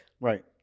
Right